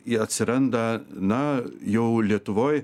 ji atsiranda na jau lietuvoj